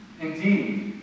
indeed